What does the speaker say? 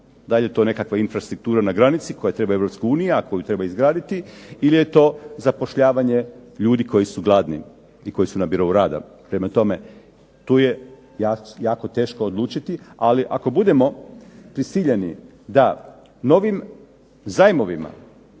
Da li je to nekakva infrastruktura na granici koju treba Europska unija koju treba izgraditi ili je to zapošljavanje ljudi koji su gladni i koji su na birou rada. Prema tome, tu je jako teško odlučiti, ali ako budemo prisiljeni da novim zajmovima